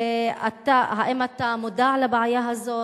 האם אתה מודע לבעיה הזאת?